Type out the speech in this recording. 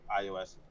iOS